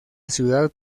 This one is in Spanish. ciudad